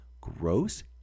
Gross